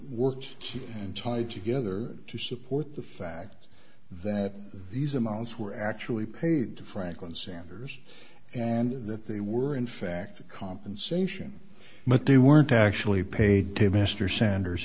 work and tied together to support the fact that these amounts were actually paid to franklin sanders and that they were in fact compensation but they weren't actually paid to mr sanders